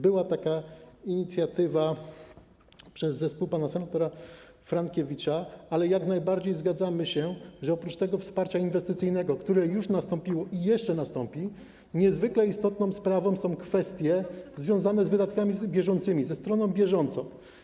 Była taka inicjatywa zespołu pana senatora Frankiewicza, ale jak najbardziej zgadzamy się, że oprócz tego wsparcia inwestycyjnego, które już nastąpiło i jeszcze nastąpi, niezwykle istotną sprawą są kwestie związane z wydatkami bieżącymi, ze stroną bieżącą.